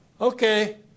okay